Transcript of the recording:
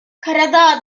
karadağ